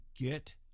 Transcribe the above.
get